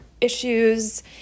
issues